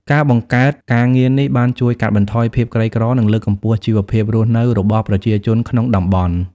ការបង្កើតការងារនេះបានជួយកាត់បន្ថយភាពក្រីក្រ និងលើកកម្ពស់ជីវភាពរស់នៅរបស់ប្រជាជនក្នុងតំបន់។